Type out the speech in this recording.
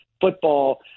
football